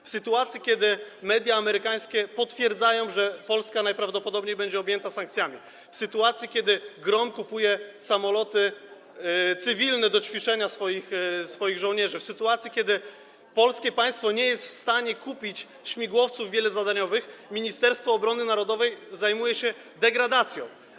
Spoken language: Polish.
W sytuacji kiedy media amerykańskie potwierdzają, że Polska najprawdopodobniej będzie objęta sankcjami, w sytuacji kiedy GROM kupuje samoloty cywilne do ćwiczeń dla swoich żołnierzy, w sytuacji kiedy polskie państwo nie jest w stanie kupić śmigłowców wielozadaniowych, Ministerstwo Obrony Narodowej zajmuje się degradacją.